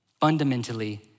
Fundamentally